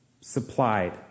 supplied